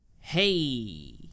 Hey